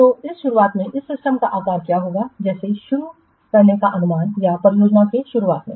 तो इस शुरुआत में इस सिस्टमका आकार क्या होगा जिसे शुरू करने का अनुमान है या परियोजना की शुरुआत में